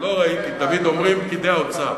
תמיד אומרים: פקידי האוצר.